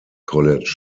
college